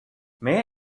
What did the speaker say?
may